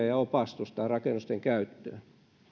ja opastusta rakennusten käyttöön